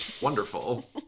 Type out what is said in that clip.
wonderful